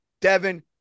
Devin